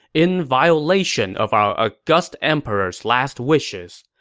in violation of our august emperor's last wishes.